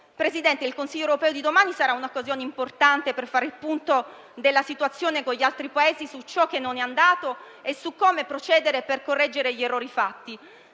Presidente Draghi, il Consiglio europeo di domani sarà un'occasione importante per fare il punto della situazione con gli altri Paesi su ciò che non è andato e su come procedere per correggere gli errori fatti.